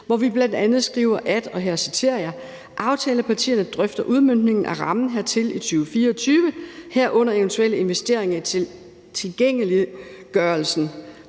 her citerer jeg: »Aftalepartierne drøfter udmøntningen af rammen hertil i 2024, herunder eventuelle investeringer i tilgængeliggørelsen«